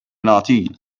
nineteen